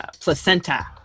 placenta